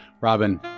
Robin